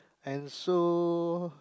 and so